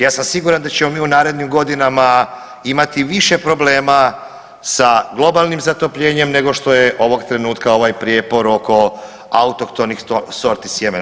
Ja sam siguran da ćemo mi u narednim godinama imati više problema sa globalnim zatopljenjem nego što je ovog trenutka ovaj prijepor oko autohtonih sorti sjemena.